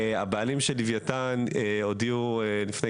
הבעלים של לוויתן הודיעו הודעה ציבורית לפני